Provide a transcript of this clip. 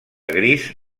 gris